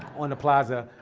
and the plaza,